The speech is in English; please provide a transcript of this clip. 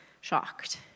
shocked